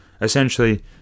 Essentially